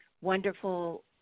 wonderful